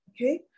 okay